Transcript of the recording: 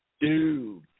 dude